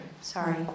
Sorry